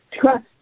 trust